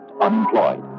unemployed